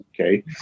okay